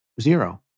zero